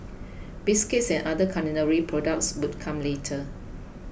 biscuits and other culinary products would come later